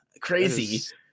Crazy